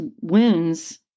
wounds